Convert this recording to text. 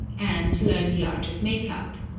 and learn the art of makeup.